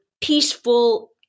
peaceful